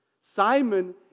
Simon